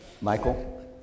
Michael